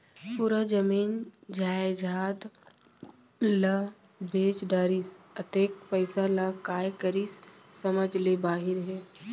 पूरा जमीन जयजाद ल बेच डरिस, अतेक पइसा ल काय करिस समझ ले बाहिर हे